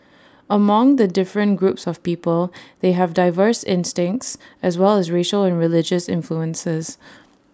among the different groups of people they have diverse instincts as well as racial and religious influences